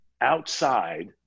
outside